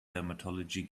dermatology